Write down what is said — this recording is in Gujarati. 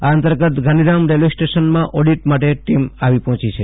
આ અંતર્ગત ગાંધીધામ રેલ્વે સ્ટેશનમાં ઔડીટ માટે ટીમ આવી પજ્ઞોચી છે